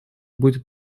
будет